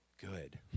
Good